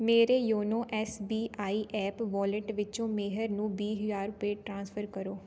ਮੇਰੇ YONO S B I app wallet ਵਿੱਚੋਂ ਮੇਹਰ ਨੂੰ ਵੀਹ ਹਜ਼ਾਰ ਰੁਪਏ ਟ੍ਰਾਂਸਫਰ ਕਰੋ